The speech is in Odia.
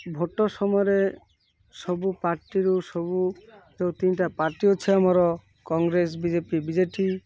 ଭୋଟ୍ ସମୟରେ ସବୁ ପାର୍ଟିରୁ ସବୁ ଯେଉଁ ତିନିଟା ପାର୍ଟି ଅଛି ଆମର Congress B J P B J D